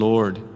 Lord